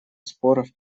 споров